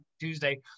Tuesday